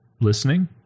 listening